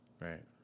right